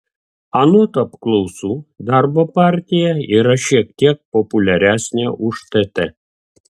anot apklausų darbo partija yra šiek tiek populiaresnė už tt